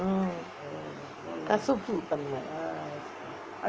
mm கசப்பு தன்மே:kasapu thanmae